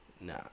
Nah